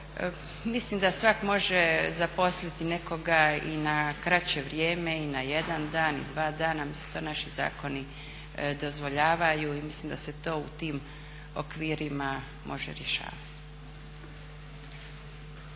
mislim da svak' može zaposliti nekoga i na kraće vrijeme i na jedan dan i dva dana. Mislim to naši zakoni dozvoljavaju i mislim da se to u tim okvirima može rješavati.